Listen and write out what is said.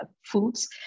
foods